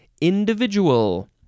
individual